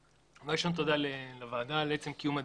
דבר ראשון, תודה לוועדה על עצם קיום הדיון.